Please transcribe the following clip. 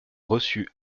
reçu